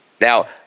Now